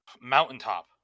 mountaintop